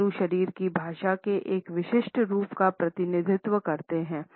tattoo शरीर की भाषा के एक विशिष्ट रूप का प्रतिनिधित्व करते हैं